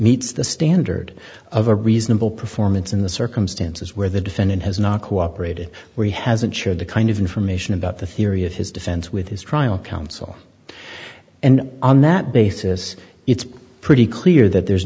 meets the standard of a reasonable performance in the circumstances where the defendant has not cooperated where he hasn't sure the kind of information about the theory of his defense with his trial counsel and on that basis it's pretty clear that there